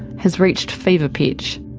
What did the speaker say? has reached fever pitch.